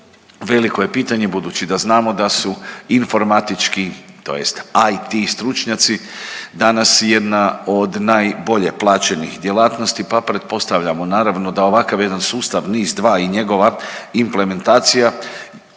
veliko je pitanje budući da znamo da su informatički tj. IT stručnjaci danas jedna od najbolje plaćenih djelatnosti pa pretpostavljamo naravno da ovakav jedan sustav NIS2 i njegova implementacija